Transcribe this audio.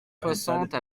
soixante